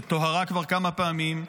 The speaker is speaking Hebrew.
שטוהרה כבר כמה פעמים,